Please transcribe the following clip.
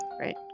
right